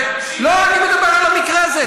לא, אני מדבר על המקרה הזה.